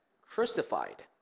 crucified